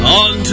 on